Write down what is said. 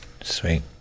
Sweet